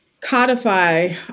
codify